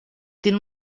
tiene